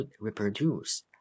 reproduce